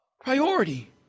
priority